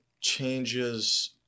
changes